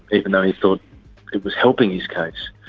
even though he thought it was helping his case.